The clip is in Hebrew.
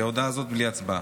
כי ההודעה הזאת היא בלי הצבעה.